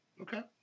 Okay